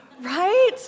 Right